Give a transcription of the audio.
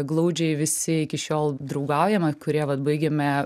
glaudžiai visi iki šiol draugaujame kurie vat baigėme